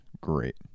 great